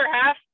half